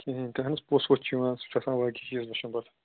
کِہیٖنۍ تہِ اَہَن حظ پوٚژھ ووٚژھ چھِ یِوان سُہ چھِ آسان بٲقی چیٖز پتہٕ